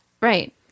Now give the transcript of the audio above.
right